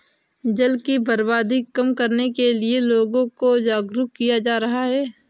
जल की बर्बादी कम करने के लिए लोगों को जागरुक किया जा रहा है